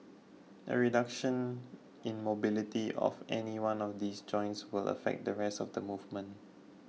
a reduction in mobility of any one of these joints will affect the rest of the movement